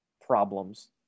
problems